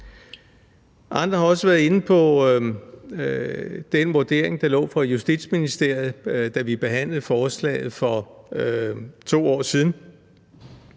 Andre har også været inde på den vurdering, der lå fra Justitsministeriet, da vi behandlede forslaget for 2 år siden.